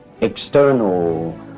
external